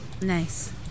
Nice